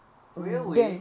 railway